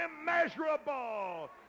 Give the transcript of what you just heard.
immeasurable